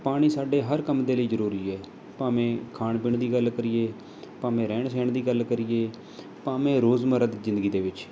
ਪਾਣੀ ਸਾਡੇ ਹਰ ਕੰਮ ਦੇ ਲਈ ਜ਼ਰੂਰੀ ਹੈ ਭਾਵੇਂ ਖਾਣ ਪੀਣ ਦੀ ਗੱਲ ਕਰੀਏ ਭਾਵੇਂ ਰਹਿਣ ਸਹਿਣ ਦੀ ਗੱਲ ਕਰੀਏ ਭਾਵੇਂ ਰੋਜ਼ਮਰਰਾ ਦੀ ਜ਼ਿੰਦਗੀ ਦੇ ਵਿੱਚ